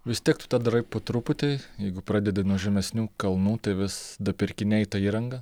vis tek tu tą darai po truputį jeigu pradedi nuo žemesnių kalnų tai vis dapirkinėji tą įrangą